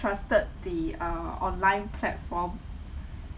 trusted the uh online platform